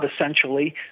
essentially